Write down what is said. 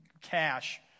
cash